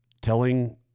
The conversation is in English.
telling